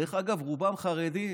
דרך אגב, רובם חרדים.